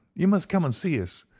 you must come and see us.